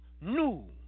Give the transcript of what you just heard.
new